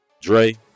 Dre